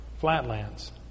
flatlands